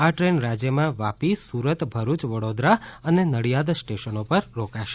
આ ટ્રેન રાજ્યમાં વાપી સુરત ભરૂચ વડોદરા અને નડિયાદ સ્ટેશનો પર રોકાશે